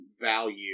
value